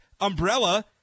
umbrella